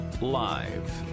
Live